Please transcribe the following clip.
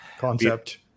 concept